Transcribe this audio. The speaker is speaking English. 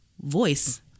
voice